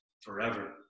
forever